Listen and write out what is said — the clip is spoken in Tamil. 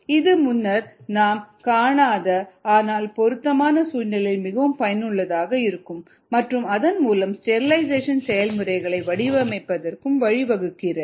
இது முன்னர் நாம் காணாத ஆனால் பொருத்தமான சூழ்நிலைகளில் மிகவும் பயனுள்ளதாக இருக்கும் மற்றும் அதன் மூலம் ஸ்டெரிலைசேஷன் செயல்முறைகளை வடிவமைப்பதற்கு வழிவகுக்கிறது